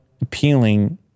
appealing